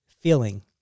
feeling